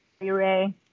Ray